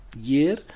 year